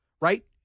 right